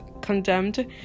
condemned